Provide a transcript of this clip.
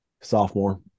Sophomore